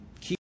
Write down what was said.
keep